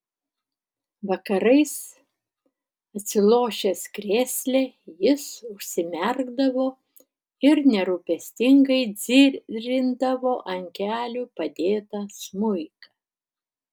vakarais atsilošęs krėsle jis užsimerkdavo ir nerūpestingai dzirindavo ant kelių padėtą smuiką